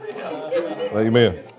Amen